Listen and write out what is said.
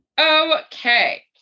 Okay